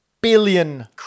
billion